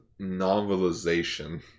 novelization